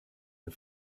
and